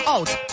Out